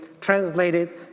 translated